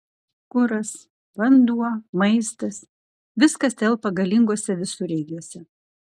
kuras vanduo maistas viskas telpa galinguose visureigiuose